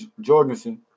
Jorgensen